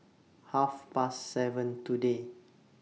Half Past seven today